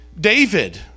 David